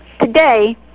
today